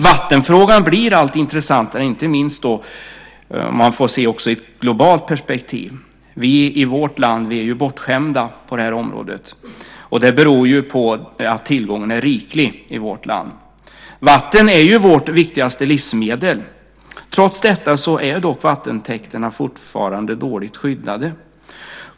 Vattenfrågan blir allt intressantare, inte minst i ett globalt perspektiv. Vi i vårt land är bortskämda på det området. Det beror på att tillgången i vårt land är riklig. Vatten är vårt viktigaste livsmedel. Trots detta är vattentäkterna fortfarande dåligt skyddade.